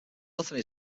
nothing